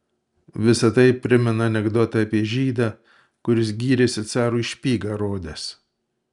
visa tai primena anekdotą apie žydą kuris gyrėsi carui špygą rodęs